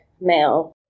male